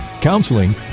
counseling